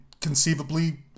conceivably